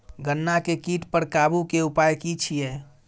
गन्ना के कीट पर काबू के उपाय की छिये?